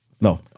No